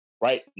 right